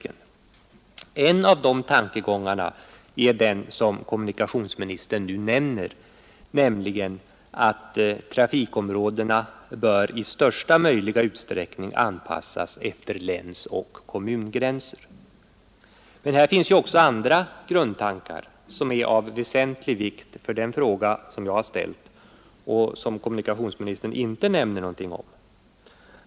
En av de tankegångarna är den som kommunikationsministern, nämligen att trafikområdena i största möjliga utsträckning bör anpassas efter länsoch kommungränser. Men här finns ju också andra grundtankar som är av väsentlig vikt för den fråga jag har ställt och som kommunikationsministern inte nämner någonting om.